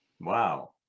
Wow